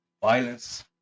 violence